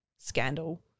scandal